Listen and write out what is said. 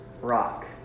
Rock